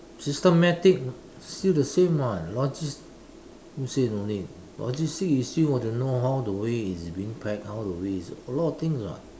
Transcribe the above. systematic still the same [what] logis~ who say no need logistic you still got to know how the way it's being packed how the way it's a lot of things [what]